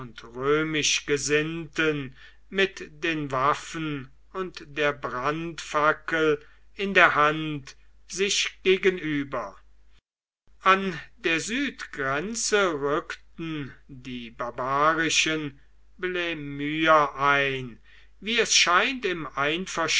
römisch gesinnten mit den waffen und der brandfackel in der hand sich gegenüber an der südgrenze rückten die barbarischen blemyer ein wie es scheint im